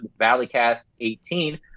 ValleyCast18